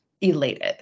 elated